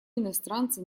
иностранцы